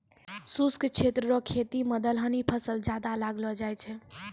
शुष्क क्षेत्र रो खेती मे दलहनी फसल ज्यादा लगैलो जाय छै